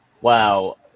wow